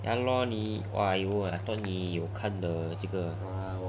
ya lor 你 !wah! you ah 我 thought 你有看的